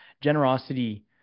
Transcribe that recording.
generosity